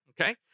okay